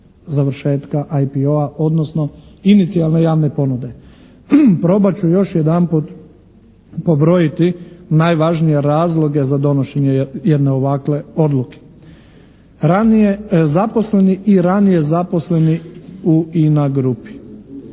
završetka IPO-a, odnosno inicijalne javne ponude. Probat ću još jedanput pobrojiti najvažnije razloge za donošenje jedne ovakve odluke. Ranije zaposleni i ranije zaposleni u INA grupi.